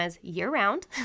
year-round